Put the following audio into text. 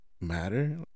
matter